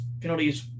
penalties